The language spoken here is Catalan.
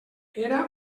era